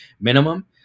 minimum